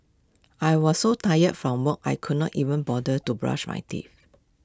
I was so tired from work I could not even bother to brush my teeth